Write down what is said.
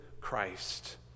Christ